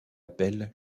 appelle